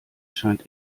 scheint